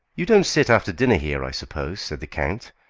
you don't sit after dinner here, i suppose, said the count,